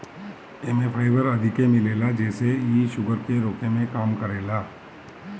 एमे फाइबर अधिका मिलेला जेसे इ शुगर के रोके में काम करेला